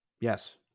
Yes